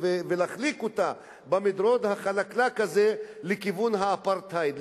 ולהחליק אותה במדרון החלקלק הזה לכיוון האפרטהייד,